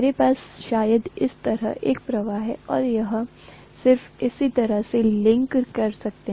मेरे पास शायद इस तरह एक प्रवाह है और यह सिर्फ इस तरह से ही लिंक कर सकते हैं